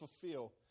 fulfill